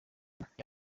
yarahiye